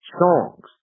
songs